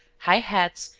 high hats,